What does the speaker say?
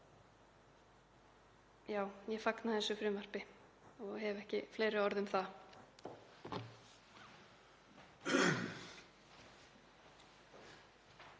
Ég fagna þessu frumvarpi og hef ekki fleiri orð um það.